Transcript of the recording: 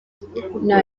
nta